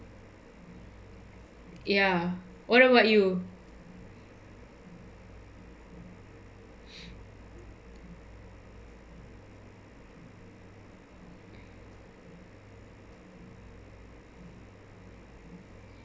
ya what about you